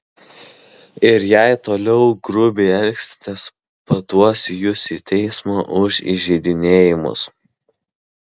ir jei toliau grubiai elgsitės paduosiu jus į teismą už įžeidinėjimus